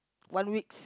one weeks